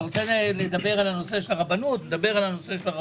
אתה רוצה לדבר על הנושא של הרבנות בסדר,